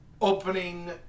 opening